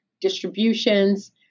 distributions